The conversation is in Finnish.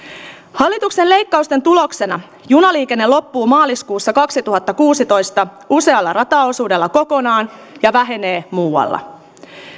hallituksen leikkausten tuloksena junaliikenne loppuu maaliskuussa kaksituhattakuusitoista usealla rataosuudella kokonaan ja vähenee muualla